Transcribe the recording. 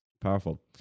Powerful